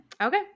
Okay